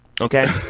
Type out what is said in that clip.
Okay